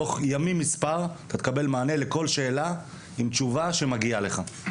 תוך ימים מספר אתה תקבל מענה לכל שאלה עם תשובה שמגיעה לך.